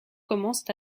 commencent